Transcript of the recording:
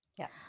Yes